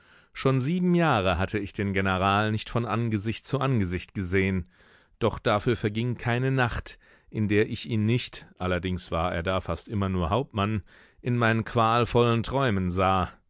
schon sieben jahre hatte ich den general nicht von angesicht zu angesicht gesehen doch dafür verging keine nacht in der ich ihn nicht allerdings war er da fast immer nur hauptmann in meinen qualvollen träumen sah